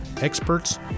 experts